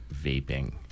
vaping